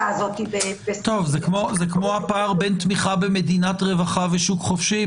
הזאת --- זה כמו הפער בין תמיכה במדינת רווחה ושוק חופשי,